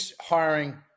hiring